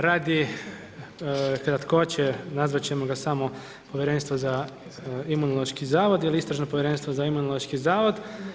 Radi kratkoće nazvati ćemo ga samo Povjerenstvo za Imunološki zavod jer Istražno povjerenstvo za Imunološki zavod.